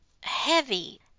heavy